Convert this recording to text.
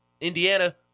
Indiana